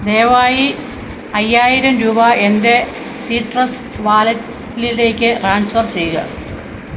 ദയവായി അയ്യായിരം രൂപ എൻ്റെ സിട്രസ് വാലറ്റിലേക്കു ട്രാൻസ്ഫർ ചെയ്യുക